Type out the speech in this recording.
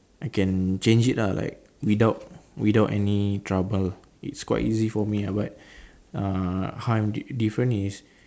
I can change it lah like without without any trouble it's quite easy for me ya but ah how I'm diff~ different is